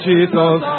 Jesus